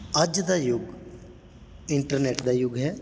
ਅੱਜ ਦਾ ਯੁੱਗ ਇੰਟਰਨੈੱਟ ਦਾ ਯੁੱਗ ਹੈ